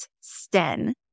Sten